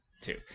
two